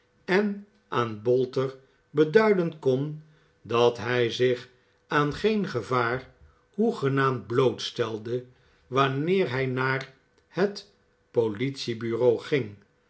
en aan bolter beduiden kon dat hij zich aan geen gevaar hoegenaamd blootstelde wanneer hij naar het po i iebureau ging